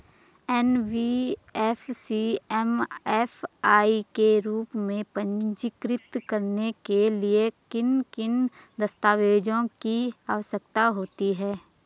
NBFC MFI के रूप में पंजीकृत कराने के लिए किन किन दस्तावेज़ों की आवश्यकता होती है?